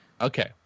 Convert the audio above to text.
Okay